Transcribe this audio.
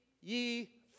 ye